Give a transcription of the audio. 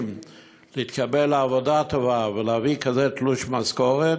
להתקבל לעבודה טובה ולהביא כזה תלוש משכורת,